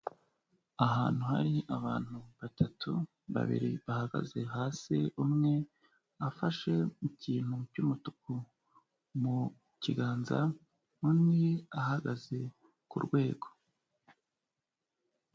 Ahantu hari abantu batatu, babiri bahagaze hasi, umwe afashe mu kintu cy'umutuku mu kiganza, undi ahagaze ku rwego.